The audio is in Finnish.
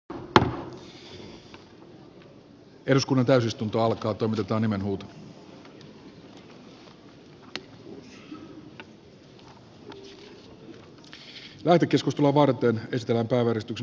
valiokuntapaikkojen järjestelyä varten ystävänpäiväristuksen